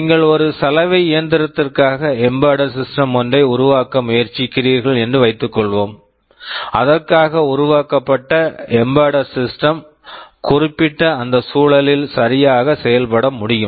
நீங்கள் ஒரு சலவை இயந்திரத்திற்காக எம்பெட்டட் ஸிஸ்டெம் Embedded Systems ஒன்றை உருவாக்க முயற்சிக்கிறீர்கள் என்று வைத்துக்கொள்வோம் அதற்காக உருவாக்கப்பட்ட எம்பெட்டட் ஸிஸ்டெம் Embedded Systems குறிப்பிட்ட அந்த சூழலில் சரியாக செயல்பட முடியும்